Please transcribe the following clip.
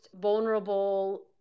vulnerable